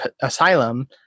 asylum